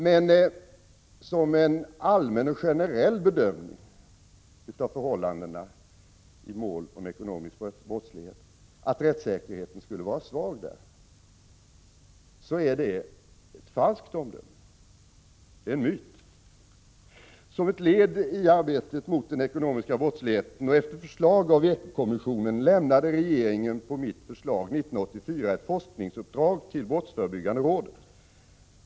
Men som en allmän och generell bedömning av förhållandena i mål om ekonomisk brottslighet är omdömet att rättssäkerheten skulle vara svag ett falskt omdöme — en myt. Som ett led i arbetet mot ekonomisk brottslighet och efter förslag från ekokommissionen lämnade regeringen på mitt förslag år 1984 ett forskningsuppdrag till brottsförebyggande rådet.